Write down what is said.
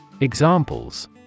Examples